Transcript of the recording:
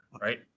right